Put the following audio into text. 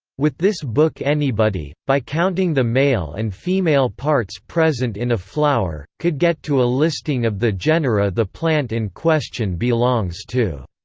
with this book anybody, by counting the male and female parts present in a flower, could get to a listing of the genera the plant in question belongs to.